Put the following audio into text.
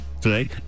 Today